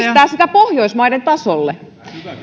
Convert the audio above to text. pohjoismaiden tasolle